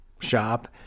shop